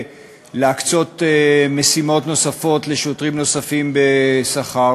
להקצות משימות נוספות לשוטרים נוספים בשכר,